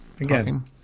Again